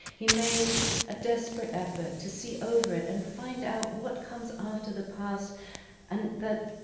he made a desperate effort to see over it and find out what comes after the past and that.